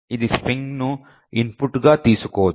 ఇది స్ట్రింగ్ను ఇన్పుట్గా తీసుకోదు